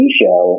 show